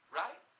right